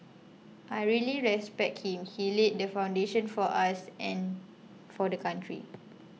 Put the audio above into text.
I really respect him he laid the foundation for us and for the country